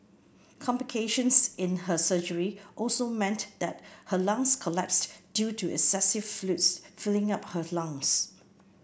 complications in her surgery also meant that her lungs collapsed due to excessive fluids filling up her lungs